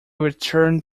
returned